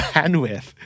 Bandwidth